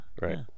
Right